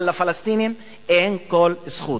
אבל לפלסטינים אין כל זכות.